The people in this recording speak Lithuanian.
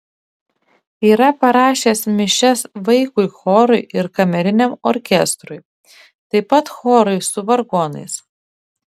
yra parašęs mišias vaikui chorui ir kameriniam orkestrui taip pat chorui su vargonais